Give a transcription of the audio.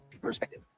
perspective